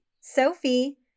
Sophie